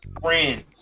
friends